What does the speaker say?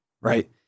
right